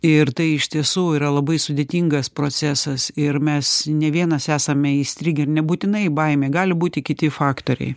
ir tai iš tiesų yra labai sudėtingas procesas ir mes ne vienas esame įstrigę ir nebūtinai baimė gali būti kiti faktoriai